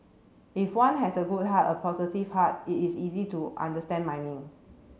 if one has a good heart a positive heart it is easy to understand miming